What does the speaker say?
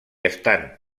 estant